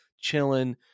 chilling